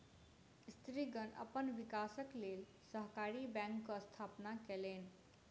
स्त्रीगण अपन विकासक लेल सहकारी बैंकक स्थापना केलैन